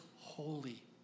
holy